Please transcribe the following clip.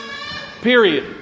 period